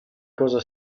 cosa